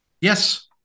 Yes